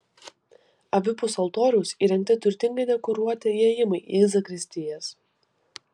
abipus altoriaus įrengti turtingai dekoruoti įėjimai į zakristijas